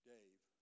Dave